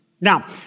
Now